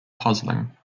puzzling